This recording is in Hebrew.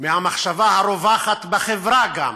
מהמחשבה הרווחת בחברה גם,